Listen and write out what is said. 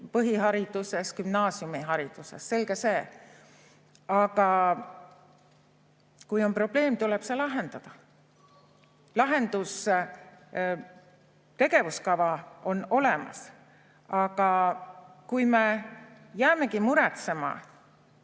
põhihariduses kui ka gümnaasiumihariduses, selge see. Aga kui on probleem, tuleb see lahendada. Lahendus. Tegevuskava on olemas, aga kui me jäämegi muretsema